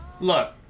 Look